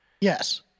Yes